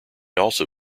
also